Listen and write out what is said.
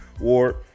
war